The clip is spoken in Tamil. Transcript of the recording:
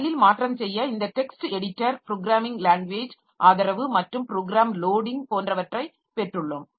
ஃபைலில் மாற்றம் செய்ய இந்த டெக்ஸ்ட் எடிட்டர் ப்ராேகிராமிங் லாங்குவேஜ் ஆதரவுமற்றும் ப்ராேகிராம் லோடிங் போன்றவற்றை பெற்றுள்ளோம்